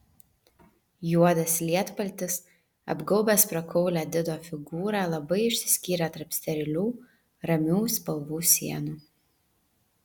juodas lietpaltis apgaubęs prakaulią dido figūrą labai išsiskyrė tarp sterilių ramių spalvų sienų